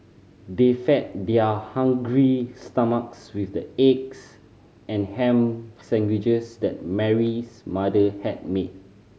they fed their hungry stomachs with the eggs and ham sandwiches that Mary's mother had made